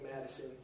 Madison